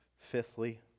Fifthly